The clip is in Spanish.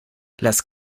las